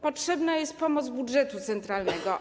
Potrzebna jest pomoc budżetu centralnego.